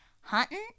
hunting